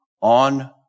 on